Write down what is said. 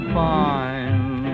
fine